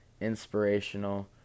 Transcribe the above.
inspirational